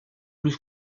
plus